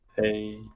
Hey